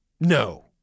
No